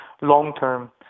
long-term